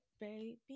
baby